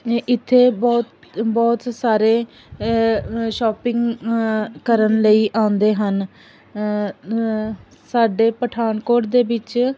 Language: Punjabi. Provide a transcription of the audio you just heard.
ਇੱਥੇ ਬਹੁਤ ਬਹੁਤ ਸਾਰੇ ਸ਼ੋਪਿੰਗ ਕਰਨ ਲਈ ਆਉਂਦੇ ਹਨ ਸਾਡੇ ਪਠਾਨਕੋਟ ਦੇ ਵਿੱਚ